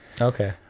Okay